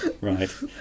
Right